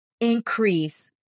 increase